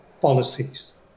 policies